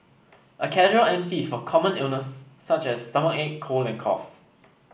a casual M C is for common illness such as stomachache cold and cough